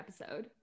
episode